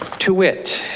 to wit,